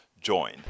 join